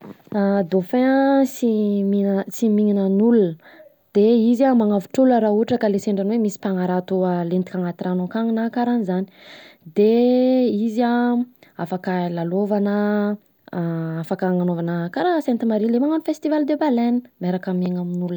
Dauphin an sy mihinana, sy mihinana olona, de izy an manavotra olona raha ohatra ka le sendra anle hoe misy mpanarato a lentika anaty rano akany na karanzany de izy an afaka hilalaovana an, afaka agnanaovana karaha a sainte marie ilay magnano festival de baleine,, miaraka miaina amin’olona akeo izy.